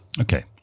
Okay